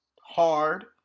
hard